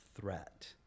threat